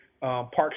Parks